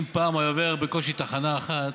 אם פעם היה עובר בקושי תחנה אחת,